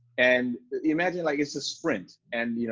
and imagine like it's a sprint, and you know,